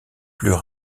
plus